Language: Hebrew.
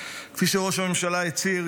כפי שראש הממשלה הצהיר,